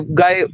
guy